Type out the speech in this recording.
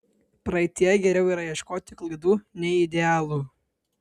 praeityje geriau yra ieškoti klaidų nei idealų